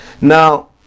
Now